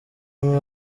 umwe